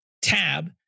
tab